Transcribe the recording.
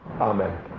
Amen